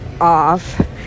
off